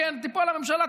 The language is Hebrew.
תיפול הממשלה,